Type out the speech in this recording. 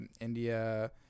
India